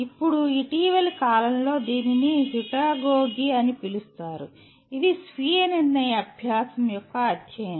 ఇప్పుడు ఇటీవలి కాలంలో దీనిని హ్యూటగోగి"Heutagogy" అని పిలుస్తారు ఇది స్వీయ నిర్ణయ అభ్యాసం యొక్క అధ్యయనం